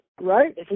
Right